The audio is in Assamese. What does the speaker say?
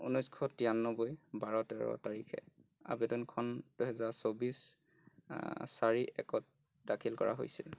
ঊনৈশ তিৰানব্বৈ বাৰ তেৰ তাৰিখে আৱেদনখন দুহেজাৰ চৌবিচ চাৰি একত দাখিল কৰা হৈছিল